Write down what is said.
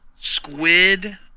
Squid